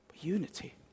Unity